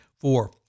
Four